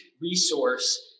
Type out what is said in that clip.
resource